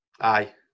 Aye